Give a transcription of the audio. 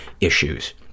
issues